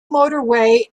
motorway